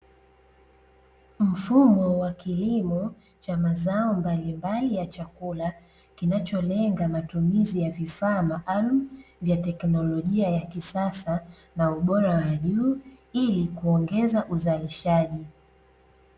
Mfumo wa kilimo cha mazao mbalimbali ya chakula, kinacholenga matumizi ya vifaa maalumu vya tekinolojia ya kisasa na ubora wa juu ili kuongeza uzalishaji.